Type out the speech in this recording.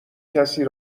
کسی